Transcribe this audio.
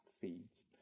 feeds